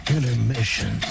Intermission